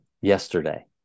yesterday